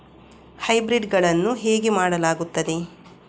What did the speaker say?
Hybrid ಗಳನ್ನು ಹೇಗೆ ಮಾಡಲಾಗುತ್ತದೆ?